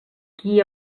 qui